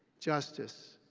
justice,